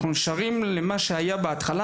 אנחנו נשארים עם מה שהיה בהתחלה,